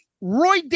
Roy